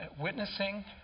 Witnessing